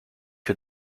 que